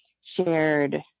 shared